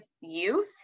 youth